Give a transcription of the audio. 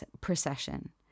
procession